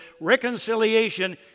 Reconciliation